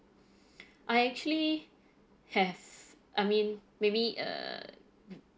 I actually have I mean maybe err